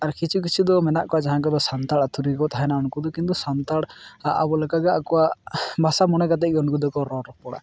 ᱟᱨ ᱠᱤᱪᱷᱩ ᱠᱤᱪᱷᱩ ᱫᱚ ᱢᱮᱱᱟᱜ ᱠᱚᱣᱟ ᱡᱟᱦᱟᱸ ᱠᱚᱫᱚ ᱥᱟᱱᱛᱟᱲ ᱟᱛᱩᱨᱮ ᱜᱮ ᱛᱟᱦᱮᱱᱟ ᱩᱝᱠᱩ ᱫᱚ ᱠᱤᱱᱛᱩ ᱥᱟᱱᱛᱟᱲ ᱟᱵᱚ ᱞᱮᱠᱟᱜᱮ ᱟᱠᱚᱣᱟᱜ ᱵᱷᱟᱥᱟ ᱢᱚᱱᱮ ᱠᱟᱛᱮᱫ ᱜᱮ ᱩᱱᱠᱚ ᱫᱚᱠᱚ ᱨᱚᱲ ᱨᱚᱯᱚᱲᱟ